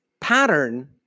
pattern